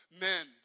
men